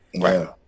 Right